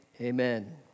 amen